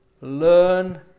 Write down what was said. Learn